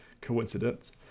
coincidence